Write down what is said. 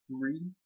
three